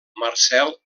marcel